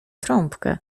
trąbkę